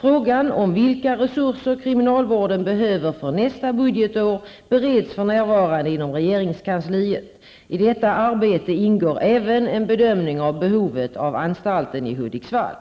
Frågan om vilka resurser kriminalvården behöver för nästa budgetår bereds för närvarande inom regeringskansliet. I detta arbete ingår även en bedömning av behovet av anstalten i Hudiksvall.